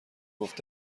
گفت